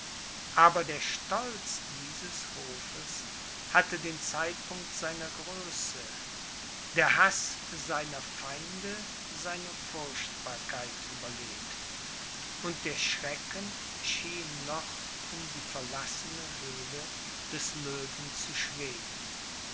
aber der stolz dieses hofes hatte den zeitpunkt seiner größe der haß seiner feinde seine furchtbarkeit überlebt und der schrecken schien noch um die verlassene höhle des löwen zu schweben